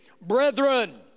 Brethren